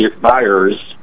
buyers